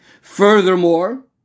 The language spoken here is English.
Furthermore